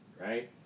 right